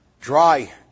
Dry